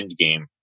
Endgame